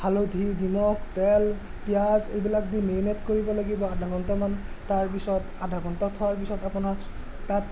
হালধি নিমখ তেল পিয়াঁজ এইবিলাক দি মেৰিনেট কৰিব লাগিব আধা ঘণ্টা মান তাৰপিছত আধা ঘণ্টা থোৱাৰ পিছত আপোনাৰ তাত